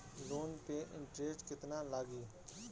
Loan पे interest केतना लागी?